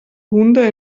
hunde